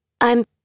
I'm-